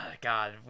God